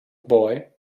boy